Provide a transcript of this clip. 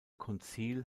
konzil